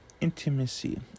intimacy